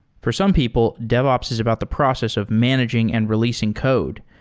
for some people, devops is about the process of managing and releasing code.